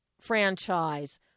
franchise